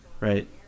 right